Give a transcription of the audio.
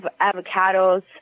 avocados